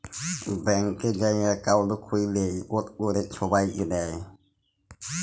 ব্যাংকে যাঁয়ে একাউল্ট খ্যুইলে ইকট ক্যরে ছবাইকে দেয়